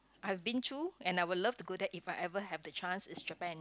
I have been to and I would love to go that if I ever have the chance is Japan